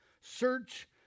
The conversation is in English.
Search